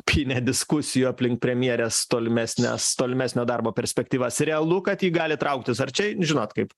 pynę diskusijų aplink premjerės tolimesnes tolimesnio darbo perspektyvas realu kad ji gali trauktis ar čia žinot kaip